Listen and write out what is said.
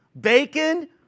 bacon